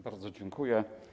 Bardzo dziękuję.